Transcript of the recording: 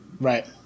Right